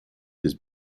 his